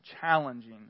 challenging